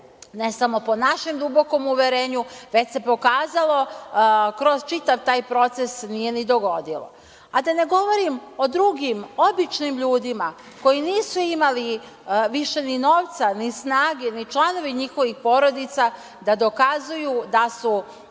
ne samo po našem dubokom uverenju, već se pokazalo kroz čitav taj proces, nije ni dogodilo. Da ne govorim o drugim običnim ljudima koji nisu imali više ni novca, ni snage, ni članovi njihovih porodica, da dokazuju da su